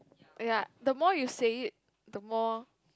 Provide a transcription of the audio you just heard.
ya the more you say it the more